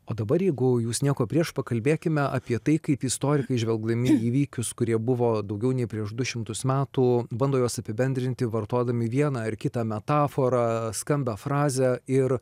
o dabar jeigu jūs nieko prieš pakalbėkime apie tai kaip istorikai žvelgdami į įvykius kurie buvo daugiau nei prieš du šimtus metų bando juos apibendrinti vartodami vieną ar kitą metaforą skambią frazę ir